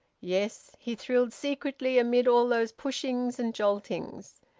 yes, he thrilled secretly amid all those pushings and joltings!